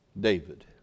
David